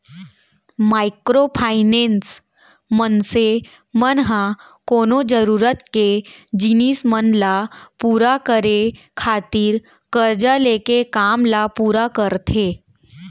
micro finance, मनसे मन ह कोनो जरुरत के जिनिस मन ल पुरा करे खातिर करजा लेके काम ल पुरा करथे